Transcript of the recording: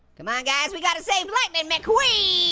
come on guys, we gotta save lightning mcqueen.